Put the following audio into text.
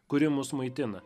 kuri mus maitina